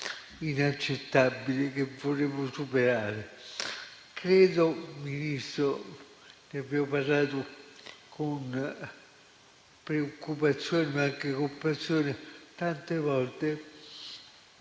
inaccettabile, che vorremmo superare. Credo, Ministro - ne abbiamo parlato con preoccupazione, ma anche con passione tante volte